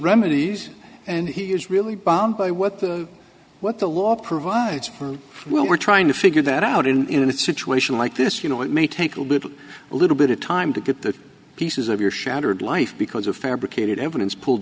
remedies and he is really bound by what the what the law provides for when we're trying to figure that out in in a situation like this you know it may take a little a little bit of time to get the pieces of your shattered life because of fabricated evidence pulled